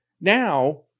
now